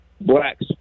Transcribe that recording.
blacks